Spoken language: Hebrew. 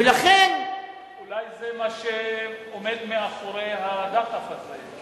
ולכן, אולי זה מה שעומד מאחורי הדחף הזה.